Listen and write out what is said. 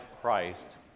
Christ